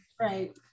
Right